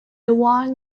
one